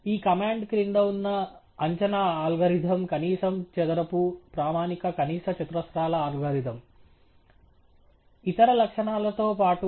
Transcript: ఈ కమాండ్ క్రింద ఉన్న అంచనా అల్గోరిథం కనీసం చదరపు ప్రామాణిక కనీస చతురస్రాల అల్గోరిథం ఇతర లక్షణాలతో పాటు